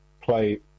play